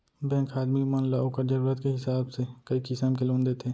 bank ह आदमी मन ल ओकर जरूरत के हिसाब से कई किसिम के लोन देथे